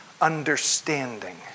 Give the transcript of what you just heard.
understanding